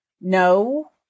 No